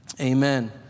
Amen